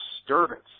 disturbance